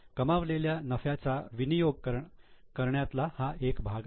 कमावलेल्या नफ्याचा विनियोग करण्यातला हा एक भाग आहे